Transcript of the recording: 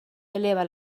eleva